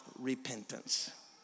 repentance